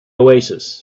oasis